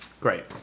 Great